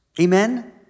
amen